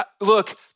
look